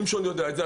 שמשון יודע את זה.